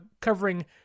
covering